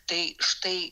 tai štai